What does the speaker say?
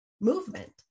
movement